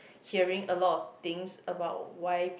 hearing a lot of things about why